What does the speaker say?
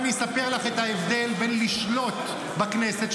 אני אספר לך את ההבדל בין לשלוט בכנסת,